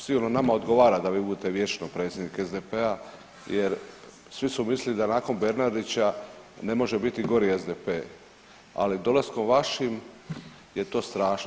Sigurno nama odgovara da vi budete vječno predsjednik SDP-a jer svi su mislili da nakon Bernardića ne može biti gori SDP, ali dolaskom vašim je to strašno.